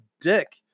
dick